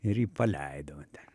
ir jį paleido va ten